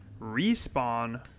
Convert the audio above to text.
respawn